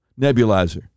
nebulizer